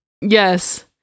Yes